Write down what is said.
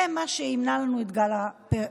זה מה שימנע לנו את גל הטרור.